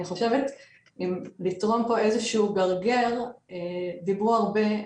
אני חושבת שאם לתרום פה איזשהו גרגר, דיברו הרבה,